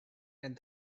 and